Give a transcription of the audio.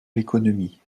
l’économie